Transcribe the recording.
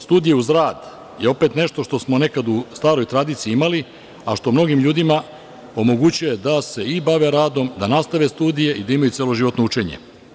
Studije uz rad je opet nešto što smo nekad u staroj tradiciji imali, a što mnogim ljudima omogućuje da se i bave radom, da nastave studije i da imaju celoživotno učenje.